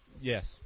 yes